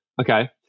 okay